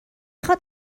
خواد